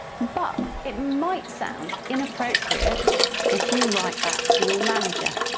but it might sound inappropriate if you write that to your manager.